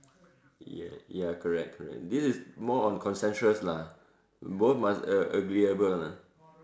ya ya correct correct this is more on consensus lah both must uh agreeable lah